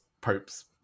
popes